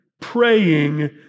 Praying